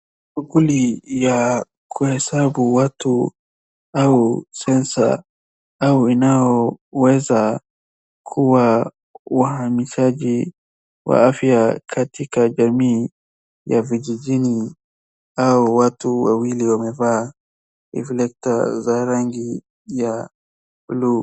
Shughuli ya kuhesabu watu au census auinayoweza kuwa wahamishaji wa afya katika jamii ya vijijini. Hao watu wawili wamevaa reflector za rangi ya bluu.